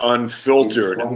Unfiltered